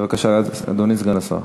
בבקשה, אדוני סגן השר.